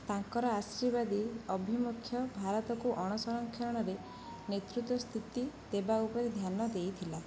ତାଙ୍କର ଆଦର୍ଶବାଦୀ ଅଭିମୁଖ୍ୟ ଭାରତକୁ ଅଣସଂରକ୍ଷଣରେ ନେତୃତ୍ୱ ସ୍ଥିତି ଦେବା ଉପରେ ଧ୍ୟାନ ଦେଇଥିଲା